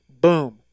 boom